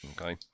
Okay